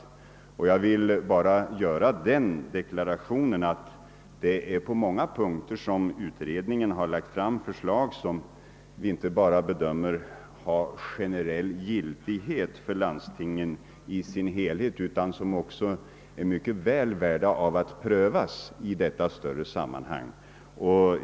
| Jag vill göra den deklarationen att utredningen på många punkter har lagt fram förslag som vi bedömer inte bara har generell giltighet för landstingen i sin helhet, utan som också är mycket väl värda att prövas i detta större sammanhang.